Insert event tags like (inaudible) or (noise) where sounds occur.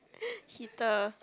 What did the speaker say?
(breath) heater